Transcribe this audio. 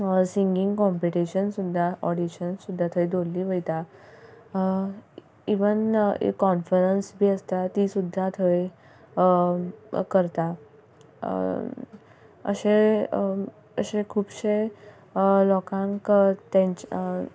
singing competition सुद्दां audition सुद्दां थंय दवरल्लीं वयता इवन कॉनफरन्स बी आसता ती सुद्दां थंय करता अशें अशें खुबशें लोकांक तेंच्या